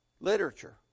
literature